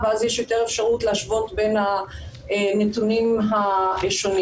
ואז יש יותר אפשרות להשוות בין הנתונים השונים.